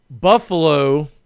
Buffalo